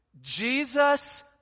Jesus